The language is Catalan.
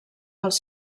pels